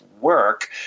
work